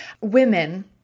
women